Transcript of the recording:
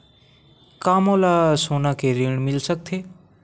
का मोला सोना ले ऋण मिल सकथे?